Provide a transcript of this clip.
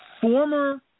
former